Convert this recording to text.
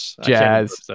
jazz